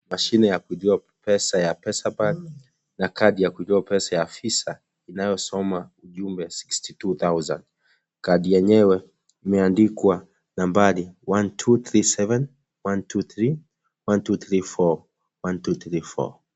Mashine ya kujua pesa ya pesapal na kadi ya kujua pesa ya visa inayosoma ujumbe sixty two thousand kadi yenyewe imeandikwa nambari one two three seven, one two three, one two three four, one two three four .